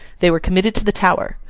they were committed to the tower.